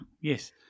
Yes